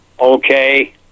Okay